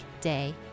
day